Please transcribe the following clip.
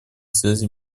связи